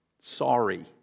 Sorry